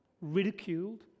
ridiculed